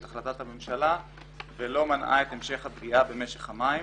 החלטת הממשלה ולא מנעה את המשך הפגיעה במשק המים